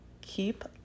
Keep